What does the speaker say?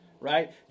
Right